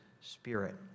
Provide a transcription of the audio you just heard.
Spirit